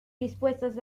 dispuestos